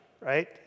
right